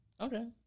Okay